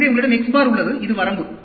எனவே உங்களிடம் X bar உள்ளது இது வரம்பு